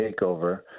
takeover